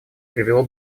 привело